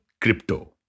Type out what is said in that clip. crypto